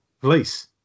police